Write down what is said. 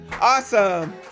Awesome